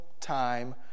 time